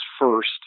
first